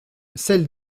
celle